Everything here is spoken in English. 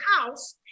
house